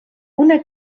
una